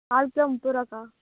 cauliflower முப்பது ரூபாக்கா